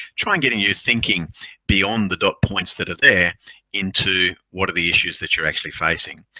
try in getting you thinking beyond the dot points that are there into what are the issues that you're actually facing.